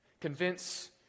Convince